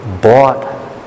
bought